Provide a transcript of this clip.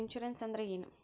Insurance ಅಂದ್ರ ಏನು?